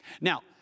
Now